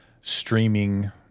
streaming